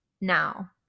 now